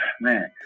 man